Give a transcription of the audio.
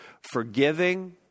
forgiving